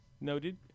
Noted